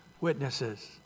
witnesses